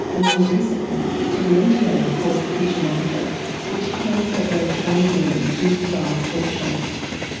and more recently to an ngo called kuchinate but which cares for eritrean women who've survived torture.